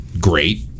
great